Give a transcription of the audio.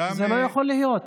זה לא יכול להיות.